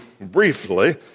briefly